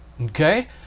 Okay